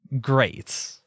great